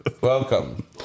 Welcome